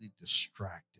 distracted